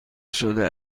شده